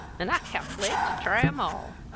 an' i cal'late ter try em all.